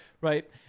right